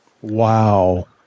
Wow